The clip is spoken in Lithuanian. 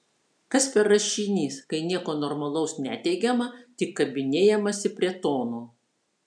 kas per rašinys kai nieko normalaus neteigiama tik kabinėjamasi prie tono